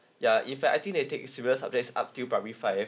ya if I think they take serious subjects up till primary five